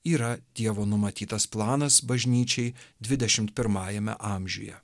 yra dievo numatytas planas bažnyčiai dvidešimt pirmajame amžiuje